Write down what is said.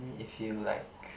if you like